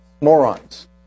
morons